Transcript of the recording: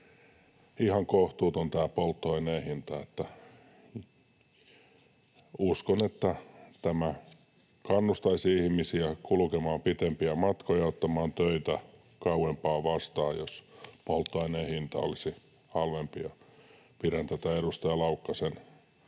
ihan kohtuuton, tämä polttoaineen hinta. Uskon, että kannustaisi ihmisiä kulkemaan pitempiä matkoja ja ottamaan töitä kauempaa vastaan, jos polttoaineen hinta olisi halvempi, ja pidän tätä edustaja Laukkasen